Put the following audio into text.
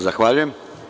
Zahvaljujem.